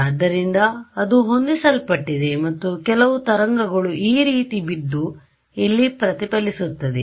ಆದ್ದರಿಂದ ಅದು ಹೊಂದಿಸಲ್ಪಟ್ಟಿದೆ ಮತ್ತು ಕೆಲವು ತರಂಗಗಳು ಈ ರೀತಿ ಬಿದ್ದು ಇಲ್ಲಿ ಪ್ರತಿಫಲಿಸುತ್ತದೆ